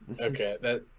Okay